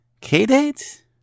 K-Date